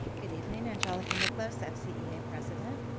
good evening, angelica miklos, ah fcea yeah president.